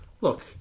look